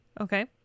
Okay